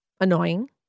Annoying